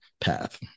path